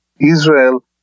Israel